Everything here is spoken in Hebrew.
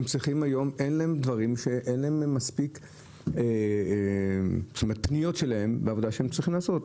אין להם מספיק פניות לעבודה שהם צריכים לעשות.